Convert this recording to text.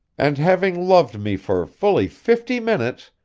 and having loved me for fully fifty minutes,